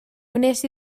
wnes